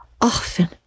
Often